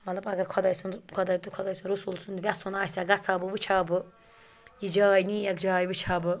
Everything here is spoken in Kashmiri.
مطلب اگر خۄداے سُنٛد خۄداے تہٕ خۄداے رسوٗل سُنٛد وٮ۪ژھُن آسہِ ہا گژھٕ ہا بہٕ وٕچھِ ہا بہٕ یہِ جاے نیک جاے وچھِ ہا بہٕ